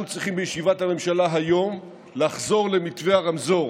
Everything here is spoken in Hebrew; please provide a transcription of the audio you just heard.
אנחנו צריכים בישיבת הממשלה היום לחזור למתווה הרמזור